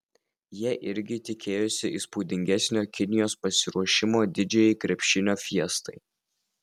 jie irgi tikėjosi įspūdingesnio kinijos pasiruošimo didžiajai krepšinio fiestai